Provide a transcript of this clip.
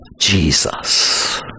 Jesus